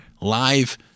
live